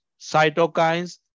cytokines